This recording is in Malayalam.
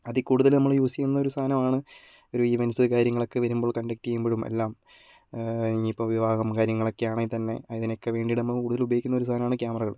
അതിൽ കൂടുതൽ നമ്മൾ യൂസ് ചെയ്യുന്ന ഒരു സാധനമാണ് ഒരു ഇവെന്റ്സ് കാര്യങ്ങളൊക്കെ വരുമ്പോൾ കൺഡക്ട് ചെയ്യുമ്പോഴും എല്ലാം ഇനിയിപ്പോൾ വിവാഹം കാര്യങ്ങളൊക്കെ ആണെങ്കിൽ തന്നെ അതിനൊക്കെ വേണ്ടിയിട്ട് നമ്മൾ കൂടുതൽ ഉപയോഗിക്കുന്ന ഒരു സാധനമാണ് ക്യാമറകൾ